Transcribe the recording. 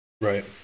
Right